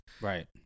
Right